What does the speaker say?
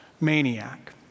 maniac